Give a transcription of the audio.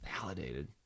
validated